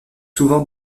souvent